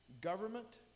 government